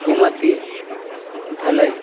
गुमति धलै